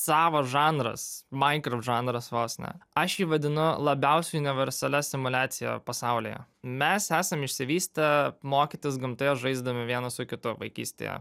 savas žanras minecraft žanras vos ne aš jį vadinu labiausia universalia simuliacija pasaulyje mes esam išsivystę mokytis gamtoje žaisdami vienas su kitu vaikystėje